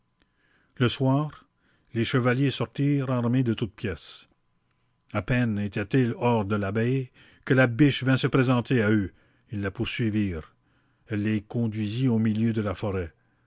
le soir les chevaliers sortirent armés de toutes pièces a peine étaient-ils hors de l'abbaye que la biche vint se présenter à eux ils la poursuivirent elle les conduisit au milieu de la forêt